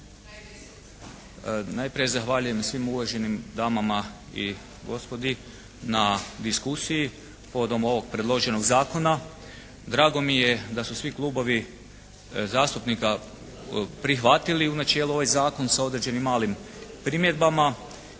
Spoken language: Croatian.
Najprije zahvaljujem svim uvaženim damama i gospodi na diskusiji povodom ovog predloženog zakona. Drago mi je da su svi klubovi zastupnika prihvatili u načelu ovaj zakon sa određenim malim primjedbama.